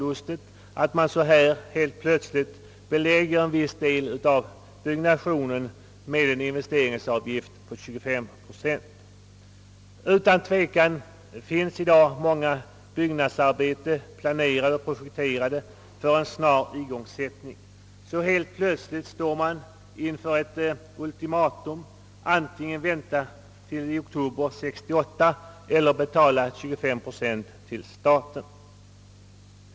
Utan tvekan finns i dag många byggnadsarbeten planerade och projekterade för snar igångsättning. Men så helt plötsligt ställs man inför ett ultimatum: antingen vänta till i oktober 1968 eller också betala 25 procent till staten.